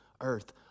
earth